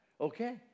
Okay